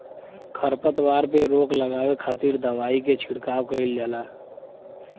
खरपतवार पे रोक लगावे खातिर दवाई के छिड़काव कईल जाला